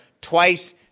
twice